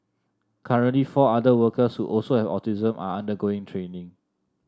currently four other workers who also have autism are undergoing training